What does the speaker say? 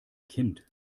kind